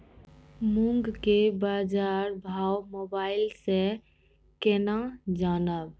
मूंग के बाजार भाव मोबाइल से के ना जान ब?